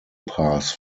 pass